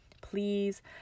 Please